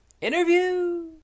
Interview